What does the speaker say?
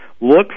look